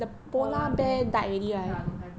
polar bear ya don't have 了